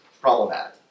problematic